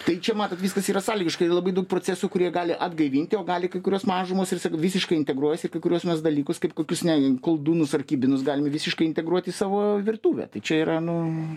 tai čia matot viskas yra sąlygiška ir labai daug procesų kurie gali atgaivinti o gali kai kurios mažumos ir sakau visiškai integruojasi ir kai kuriuos mes dalykus kaip kokius ne koldūnus ar kibinus galime visiškai integruoti į savo virtuvę tai čia yra nu